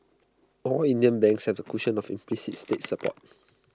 all Indian banks have the cushion of implicit state support